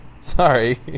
Sorry